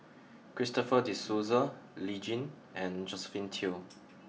Christopher De Souza Lee Tjin and Josephine Teo